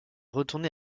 retourne